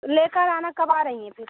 लेकर आना कब आ रही हैं फिर